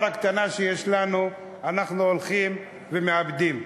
הקטנה שיש לנו אנחנו הולכים ומאבדים.